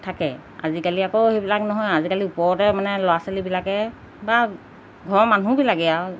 থাকে আজিকালি আকৌ সেইবিলাক নহয় আজিকালি ওপৰতে মানে ল'ৰা ছোৱালীবিলাকে বা ঘৰৰ মানুহবিলাকে আৰু